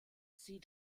sie